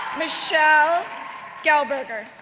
michelle gelberger,